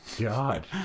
god